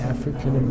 African